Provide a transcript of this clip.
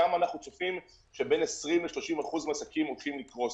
שם אנחנו צופים שבין 20%-30% מהעסקים הולכים לקרוס.